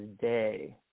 day